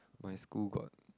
my school got